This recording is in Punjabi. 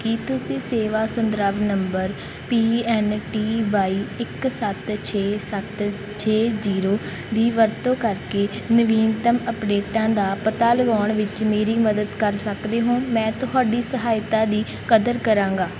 ਕੀ ਤੁਸੀਂ ਸੇਵਾ ਸੰਦਰਭ ਨੰਬਰ ਪੀ ਐੱਨ ਟੀ ਵਾਈ ਇੱਕ ਸੱਤ ਛੇ ਸੱਤ ਛੇ ਜੀਰੋ ਦੀ ਵਰਤੋਂ ਕਰਕੇ ਨਵੀਨਤਮ ਅਪਡੇਟਾਂ ਦਾ ਪਤਾ ਲਗਾਉਣ ਵਿੱਚ ਮੇਰੀ ਮਦਦ ਕਰ ਸਕਦੇ ਹੋ ਮੈਂ ਤੁਹਾਡੀ ਸਹਾਇਤਾ ਦੀ ਕਦਰ ਕਰਾਂਗਾ